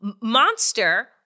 monster